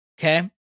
Okay